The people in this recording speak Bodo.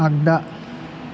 आगदा